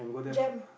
Jem